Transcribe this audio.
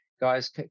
Guys